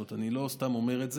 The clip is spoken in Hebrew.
זאת אומרת, אני לא סתם אומר את זה.